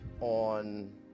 on